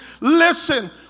listen